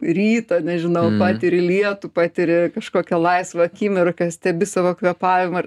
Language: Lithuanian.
rytą nežinau patiri lietų patiri kažkokią laisvą akimirką stebi savo kvėpavimą